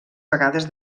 vegades